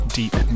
deep